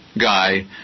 guy